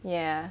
ya